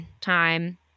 time